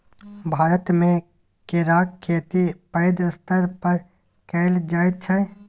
भारतमे केराक खेती पैघ स्तर पर कएल जाइत छै